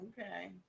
okay